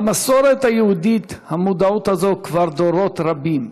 במסורת היהודית המודעות הזאת כבר דורות רבים.